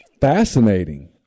fascinating